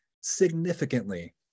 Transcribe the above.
significantly